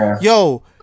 yo